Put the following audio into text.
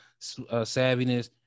savviness